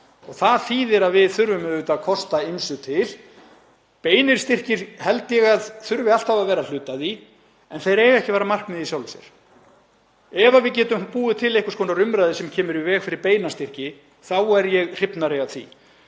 Það þýðir að við þurfum auðvitað að kosta ýmsu til. Beinir styrkir held ég að þurfi alltaf að vera hluti af því en þeir eiga ekki að vera markmið í sjálfu sér. Ef við getum búið til einhvers konar umræðu sem kemur í veg fyrir beina styrki þá er ég hrifnari af því.